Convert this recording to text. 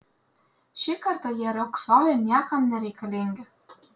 šį kartą jie riogsojo niekam nereikalingi